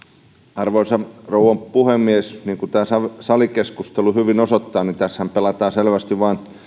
arvoisa rouva puhemies niin kuin tämä salikeskustelu hyvin osoittaa niin tässähän pelataan selvästi vain